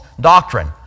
doctrine